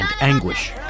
anguish